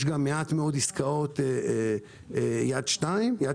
יש גם מעט מאוד עסקאות יד שנייה.